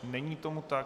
Není tomu tak.